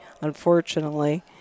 unfortunately